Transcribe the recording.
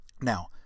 Now